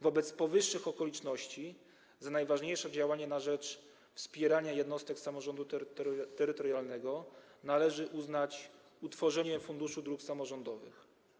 Wobec powyższych okoliczności za najważniejsze działanie na rzecz wspierania jednostek samorządu terytorialnego należy uznać utworzenie Funduszu Dróg Samorządowych.